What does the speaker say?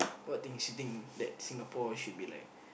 what think she think that Singapore should be like